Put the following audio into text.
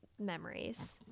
memories